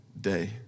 day